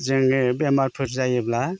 जोङो बेमादफोर जायोब्ला